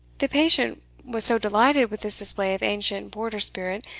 the patient was so delighted with this display of ancient border spirit,